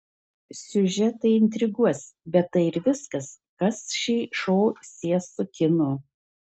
siužetai intriguos bet tai ir viskas kas šį šou sies su kinu